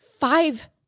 five